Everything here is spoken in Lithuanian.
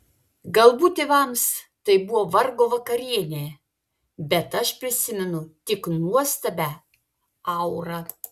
galbūt tėvams tai buvo vargo vakarienė bet aš prisimenu tik nuostabią aurą